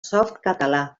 softcatalà